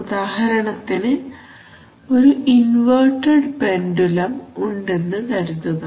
ഉദാഹരണത്തിന് ഒരു inverted pendulum ഉണ്ടെന്നു കരുതുക